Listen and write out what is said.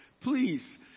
Please